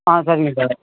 ஆ சரிங்க சார்